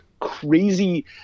crazy